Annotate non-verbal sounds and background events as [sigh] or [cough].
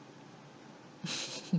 [laughs]